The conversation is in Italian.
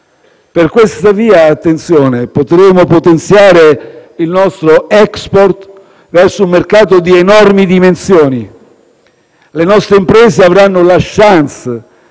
Per questa via - attenzione - potremo potenziare il nostro *export* verso un mercato di enormi dimensioni. Le nostre imprese avranno la *chance*